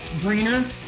greener